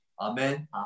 Amen